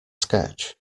sketch